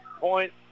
Point